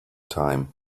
time